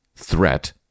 threat